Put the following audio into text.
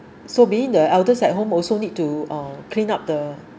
so being the eldest at home also need to uh clean up the